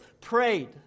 prayed